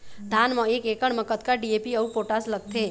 धान म एक एकड़ म कतका डी.ए.पी अऊ पोटास लगथे?